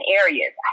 areas